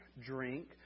drink